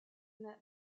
that